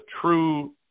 true